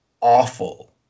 awful